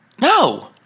No